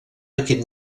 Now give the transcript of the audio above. aquest